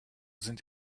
sind